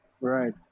Right